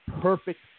perfect